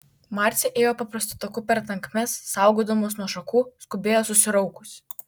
marcė ėjo paprastu taku per tankmes saugodamos nuo šakų skubėjo susiraukusi